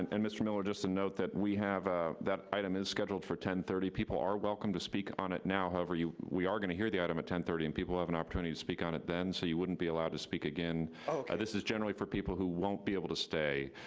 and and mr. miller, just to note that we have, ah that item is scheduled for ten thirty. people are welcome to speak on it now. however, we we are gonna hear the item at ten thirty, and people have an opportunity to speak on it then, so you wouldn't be allowed to speak again. oh. and this is generally for people who won't be able to stay,